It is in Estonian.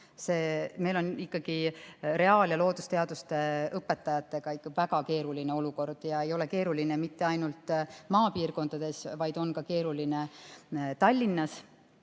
Meil on reaal‑ ja loodusteaduste õpetajatega ikka väga keeruline olukord ja see ei ole keeruline mitte ainult maapiirkondades, vaid ka Tallinnas.